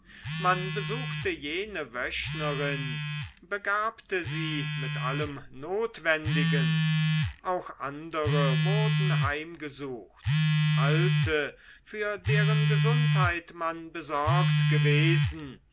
man besuchte jene wöchnerin begabte sie mit allem notwendigen auch andere wurden heimgesucht alte für deren gesundheit man besorgt gewesen